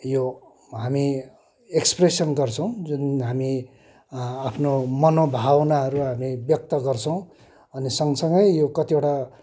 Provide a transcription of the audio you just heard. यो हामी एक्सप्रेसन गर्छौँ जुन हामी आफ्नो मनोभावनाहरू हामी व्यक्त गर्छौँ अनि सँगसँगै यो कतिवटा